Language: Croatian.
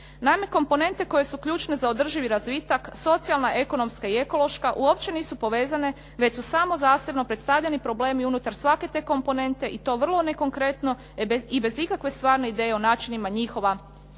Naime komponente koje su ključne za održivi razvitak, socijalna, ekonomska i ekološka uopće nisu povezane, već su samo zasebno predstavljeni problemi unutar svake te komponente i to vrlo nekonkretno i bez ikakve stvarne ideje o načinima njihova